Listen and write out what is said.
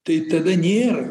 tai tada nėra